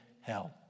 hell